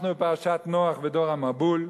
אנחנו בפרשת נח ודור המבול.